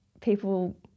people